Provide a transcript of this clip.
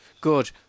good